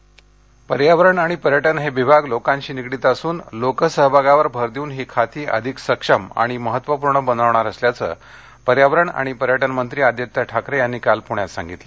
आदित्य टाकरे पर्यावरण आणि पर्यटन हे विभाग लोकांशी निगडित असून लोक सहभागावर भर देऊन ही खाती अधिक सक्षम आणि महत्वपूर्ण बनविणार असल्याचं पर्यावरण आणि पर्यटनमंत्री आदित्य ठाकरे यांनी काल पूण्यात सांगितलं